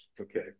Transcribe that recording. Okay